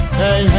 hey